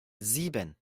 sieben